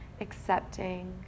accepting